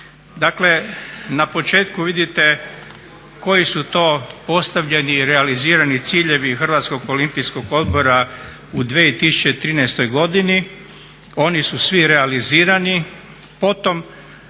Dakle, na početku vidite koji su to postavljeni i realizirani ciljevi HOO u 2013.godini. Oni su svi realizirani.